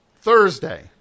Thursday